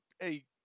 Hey